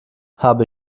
habe